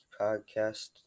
podcast